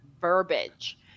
verbiage